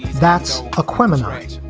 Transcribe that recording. that's a corpsman, right?